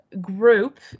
group